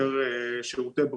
בוקר טוב לכולם,